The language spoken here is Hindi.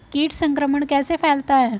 कीट संक्रमण कैसे फैलता है?